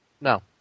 no